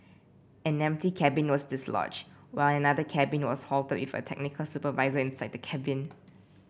an empty cabin was dislodge while another cabin was halted with a technical supervisor inside the cabin